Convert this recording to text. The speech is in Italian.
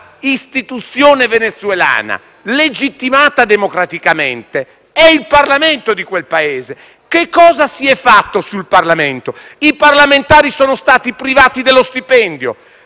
istituzione venezuelana legittimata democraticamente è il Parlamento di quel Paese. Cosa è stato fatto, dunque, al Parlamento venezuelano? I parlamentari sono stati privati dello stipendio